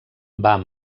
van